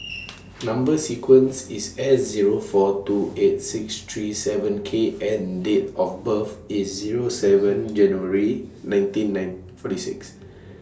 Number sequence IS S Zero four two eight six three seven K and Date of birth IS Zero seven January nineteen nine forty six